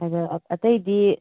ꯑꯗꯣ ꯑꯇꯩꯗꯤ